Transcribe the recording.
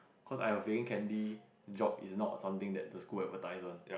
cause I have a feeling Candy job is not something that the school advertise one